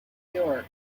york